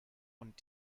und